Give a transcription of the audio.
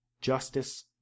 justice